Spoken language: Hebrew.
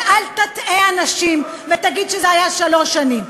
ואל תטעה אנשים ותגיד שזה היה שלוש שנים.